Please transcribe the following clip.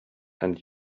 and